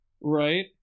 right